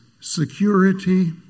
security